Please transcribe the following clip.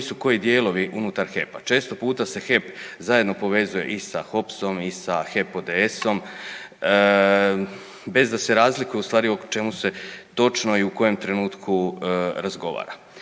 koji su koji dijelovi unutar HEP-a. Često puta se HEP zajedno povezuje i sa HOPS-om i sa HEP ODS-om bez da se razlikuje u stvari o čemu se točno i u kojem trenutku razgovara.